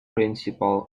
principle